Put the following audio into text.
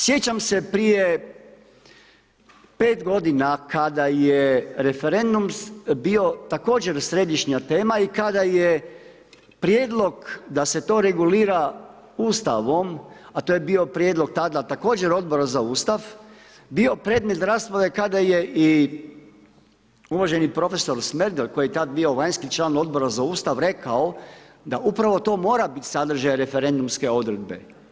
Sjećam se prije 5 godina kada je referendum bio također središnja tema i kada je prijedlog da se to regulira Ustavom, a to je bio prijedlog tada također Odbora za Ustav, bio predmet rasprave kada je i uvaženo prof. ... koji je tad bio vanjski član Odbora za Ustav rekao da upravo to mora biti sadržaj referendumske odredbe.